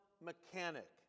mechanic